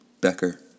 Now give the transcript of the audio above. Becker